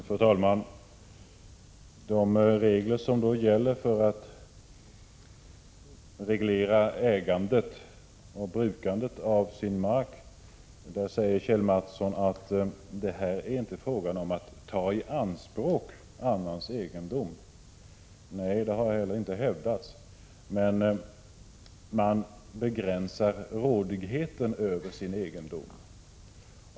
Fru talman! När det gäller bestämmelserna för att reglera ägandet och brukandet av egen mark säger Kjell Mattsson att det inte är fråga om att ta i anspråk annans egendom. Nej, det har heller inte hävdats. Men man begränsar rådigheten över denna egendom.